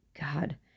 god